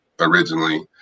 originally